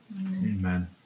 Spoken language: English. Amen